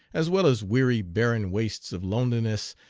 as well as weary barren wastes of loneliness,